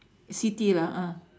city lah ah